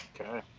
Okay